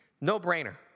No-brainer